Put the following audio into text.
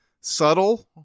subtle